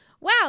wow